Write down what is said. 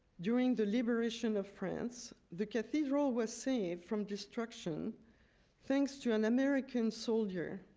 during the liberation of france, the cathedral was saved from destruction thanks to an american soldier,